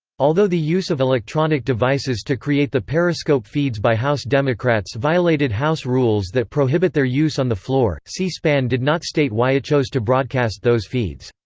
although the use of electronic devices to create the periscope feeds by house democrats violated house rules that prohibit their use on the floor, c-span did not state why it chose to broadcast those feeds.